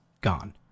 gone